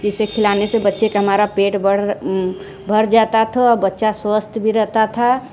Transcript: इस खिलाने से बच्चे का हमारा पेट भर जाता था बच्चा स्वस्थ भी रहता था